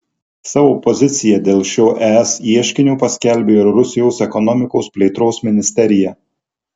savo poziciją dėl šio es ieškinio paskelbė ir rusijos ekonomikos plėtros ministerija